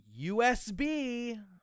usb